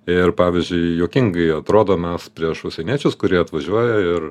ir pavyzdžiui juokingai atrodo mes prieš užsieniečius kurie atvažiuoja ir